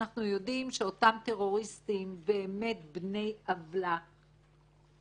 שאנחנו יודעים שאותם טרוריסטים באמת בני עוולה